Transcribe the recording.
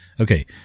Okay